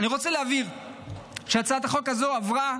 אני רוצה להבהיר שהצעת החוק הזו עברה